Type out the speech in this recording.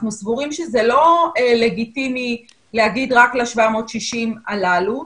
סבורים שזה לא לגיטימי להגיד רק ל-760 הללו.